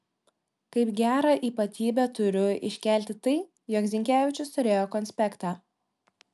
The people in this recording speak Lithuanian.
kaip gerą ypatybę turiu iškelti tai jog zinkevičius turėjo konspektą